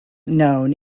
known